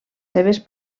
seves